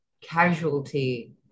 casualty